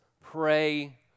pray